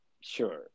sure